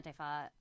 Antifa